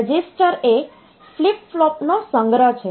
register એ flip ફ્લોપ્સનો સંગ્રહ છે